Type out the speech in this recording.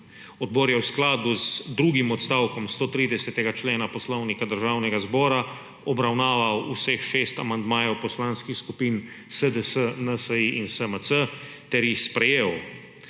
Odbor je v skladu z drugim odstavkom 130. člena Poslovnika Državnega zbora obravnaval vseh šest amandmajev poslanskih skupin SDS, NSi in SMC ter jih sprejel.